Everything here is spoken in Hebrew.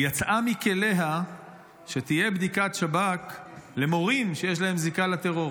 והיא יצאה מכליה על כך שתהיה בדיקת שב"כ למורים שיש להם זיקה לטרור?